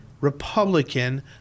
Republican